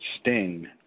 Sting